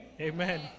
amen